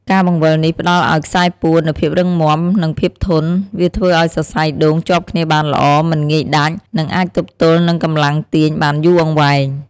ការបង្វិលនេះផ្តល់ឱ្យខ្សែពួរនូវភាពរឹងមាំ និងភាពធន់ វាធ្វើឲ្យសរសៃដូងជាប់គ្នាបានល្អ មិនងាយដាច់ និងអាចទប់ទល់នឹងកម្លាំងទាញបានយូរអង្វែង។។